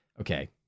Okay